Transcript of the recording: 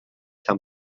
tan